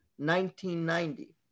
1990